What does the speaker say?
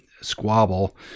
squabble